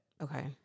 Okay